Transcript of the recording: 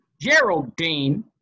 Geraldine